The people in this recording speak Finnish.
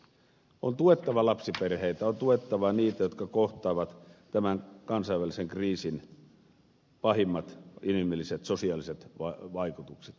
on tuettava lapsiperheitä on tuettava niitä jotka kohtaavat tämän kansainvälisen kriisin pahimmat inhimilliset sosiaaliset vaikutukset kielteiset vaikutukset